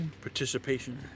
Participation